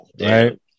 Right